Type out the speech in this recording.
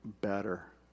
better